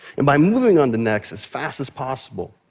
and by moving on to next as fast as possible,